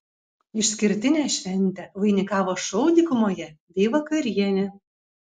išskirtinę šventę vainikavo šou dykumoje bei vakarienė